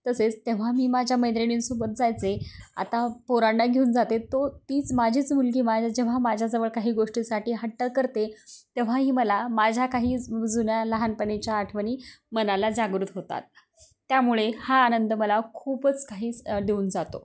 तसेच तेव्हा मी माझ्या मैत्रिणींसोबत जायचे आता पोरांना घेऊन जाते तो तीच माझीच मुलगी मा जेव्हा माझ्याजवळ काही गोष्टीसाठी हट्ट करते तेव्हाही मला माझ्या काही जुन्या लहानपणीच्या आठवणी मनाला जागृत होतात त्यामुळे हा आनंद मला खूपच काही स देऊन जातो